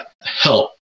help